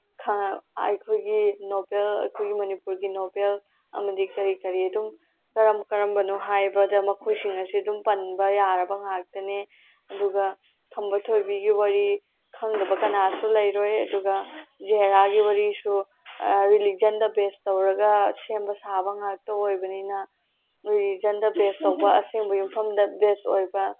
ꯑꯩꯈꯣꯏꯒꯤ ꯅꯣꯕꯦꯜ ꯑꯩꯈꯣꯏꯒꯤ ꯃꯅꯤꯄꯨꯔꯒꯤ ꯅꯣꯕꯦꯜ ꯑꯃꯗꯤ ꯀꯔꯤ ꯀꯔꯤ ꯑꯗꯨꯝ ꯀꯔꯝ ꯀꯔꯝꯕꯅꯣ ꯍꯥꯏꯕꯗ ꯃꯈꯣꯏꯁꯤꯡ ꯑꯁꯤ ꯑꯗꯨꯝ ꯄꯟꯕ ꯌꯥꯔꯕ ꯉꯥꯛꯇꯅꯤ ꯑꯗꯨꯒ ꯈꯝꯕ ꯊꯣꯏꯕꯤꯒꯤ ꯋꯥꯔꯤ ꯈꯪꯗꯕ ꯀꯅꯥꯁꯨ ꯂꯩꯔꯣꯏ ꯑꯗꯨꯒ ꯖꯍꯦꯔꯥꯒꯤ ꯋꯥꯔꯤꯁꯨ ꯔꯤꯂꯤꯖꯟꯗ ꯕꯦꯁ ꯇꯧꯔꯒ ꯁꯦꯝꯕ ꯁꯥꯕ ꯉꯥꯛꯇ ꯑꯣꯏꯕꯅꯤꯅ ꯔꯤꯂꯤꯖꯟꯗ ꯕꯦꯁ ꯇꯧꯕ ꯑꯁꯦꯡꯕ ꯌꯨꯝꯐꯝꯗ ꯕꯦꯁ ꯑꯣꯏꯕ